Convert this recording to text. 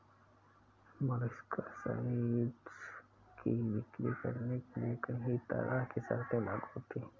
molluscicides की बिक्री करने के लिए कहीं तरह की शर्तें लागू होती है